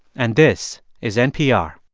and this is npr